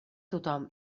tothom